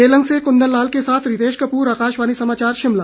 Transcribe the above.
केलंग से कुंदन लाल के साथ रितेश कपूर आकाशवाणी समाचार शिमला